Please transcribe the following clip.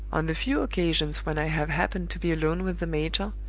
on the few occasions when i have happened to be alone with the major,